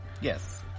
yes